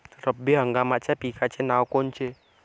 रब्बी हंगामाच्या पिकाचे नावं कोनचे?